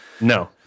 no